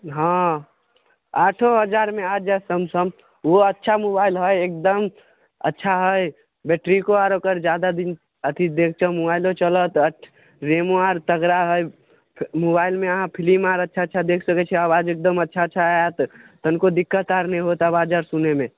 हँ आठो हजारमे आ जायत सैमसंग ओहो अच्छा मोबाइल हइ एकदम अच्छा हइ बैटरिको आर ओकर जादा दिन अथी देख मोबाइलो चलत रेमओ आर तगड़ा हइ फि मोबाइलमे अहाँ फिल्म आर अच्छा अच्छा देख सकै छी आवाज एकदम अच्छा अच्छा आयत एकदम तनिको दिक्कत आर नहि होयत आवाज आर सुनऽमे